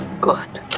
good